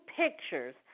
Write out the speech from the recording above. pictures